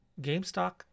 GameStop